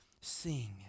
sing